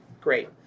Great